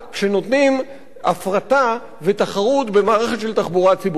כשנותנים הפרטה ותחרות במערכת של תחבורה ציבורית,